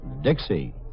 Dixie